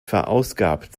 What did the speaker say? verausgabt